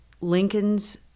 Lincoln's